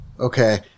Okay